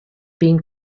being